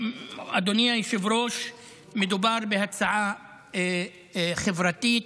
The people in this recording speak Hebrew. אדוני היושב-ראש, מדובר בהצעה חברתית,